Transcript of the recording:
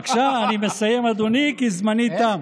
בבקשה, אני מסיים, אדוני, כי זמני תם.